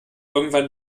irgendwann